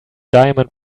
diamond